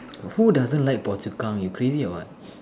who doesn't like Phua-Chu-Kang you crazy or what